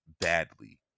badly